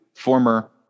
Former